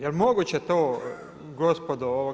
Jel moguće to gospodo?